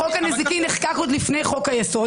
חוק הנזיקין נחקק עוד לפני חוק היסוד